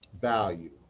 value